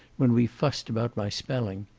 when we fussed about my spelling.